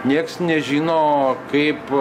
nieks nežino kaip